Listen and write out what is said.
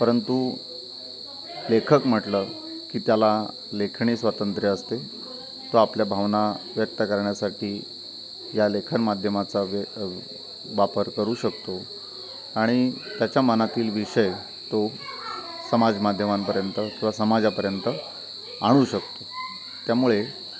परंतु लेखक म्हटलं की त्याला लेखणी स्वातंत्र्य असते तो आपल्या भावना व्यक्त करण्यासाठी या लेखन माध्यमाचा वे वापर करू शकतो आणि त्याच्या मनातील विषय तो समाज माध्यमांपर्यंत किंवा समाजापर्यंत आणू शकतो त्यामुळे